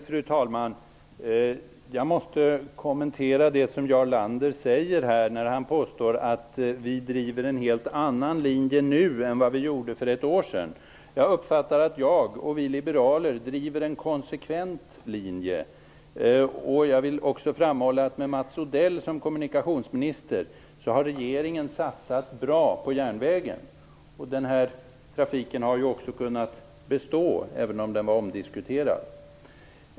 Fru talman! Jag måste kommentera det Jarl Lander säger. Han påstår att vi driver en helt annan linje nu än vad vi gjorde för ett år sedan. Jag uppfattar att jag och vi liberaler driver en konsekvent linje. Jag vill också framhålla att förra regeringen med Mats Odell som kommunikationsminister har satsat bra på järnvägen. Trafiken har också kunnat bestå, även om den var omdiskuterad.